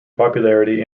popularity